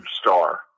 star